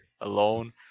alone